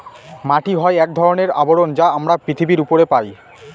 মাটি হয় এক ধরনের আবরণ যা আমরা পৃথিবীর উপরে পায়